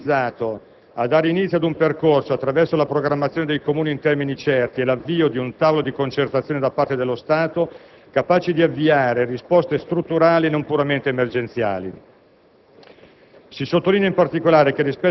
nostro esame è così finalizzato a dare inizio ad un percorso, attraverso la programmazione dei Comuni in termini certi e l'avvio di un tavolo di concertazione da parte dello Stato, capace di avviare risposte strutturali e non puramente emergenziali.